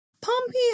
Pompey